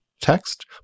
text